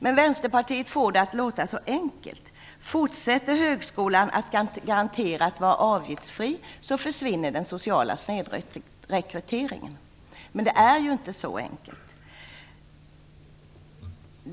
Men Vänsterpartiet får det att låta så enkelt - om högskolan fortsätter att garanterat vara avgiftsfri, försvinner den sociala snedrekryteringen. Så enkelt är det inte.